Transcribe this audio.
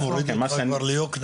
צומת עין תות, מוריד אותך כבר ליקנעם.